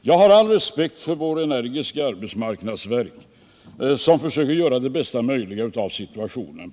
Jag har all respekt för vårt energiska arbetsmarknadsverk, som försöker göra det bästa möjliga av situationen.